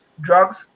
drugs